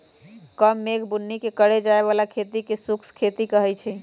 कम मेघ बुन्नी के करे जाय बला खेती के शुष्क खेती कहइ छइ